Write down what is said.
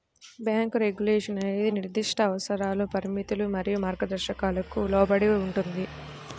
bank regulation అనేది నిర్దిష్ట అవసరాలు, పరిమితులు మరియు మార్గదర్శకాలకు లోబడి ఉంటుంది,